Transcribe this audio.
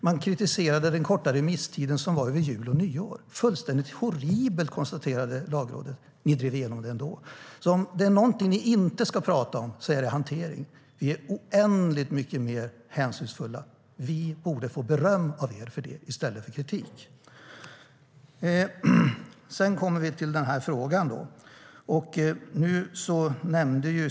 Man kritiserade den korta remisstiden, som var över jul och nyår. Det var fullständigt horribelt, konstaterade Lagrådet. Ni drev igenom det ändå. Sedan kommer vi till den här frågan.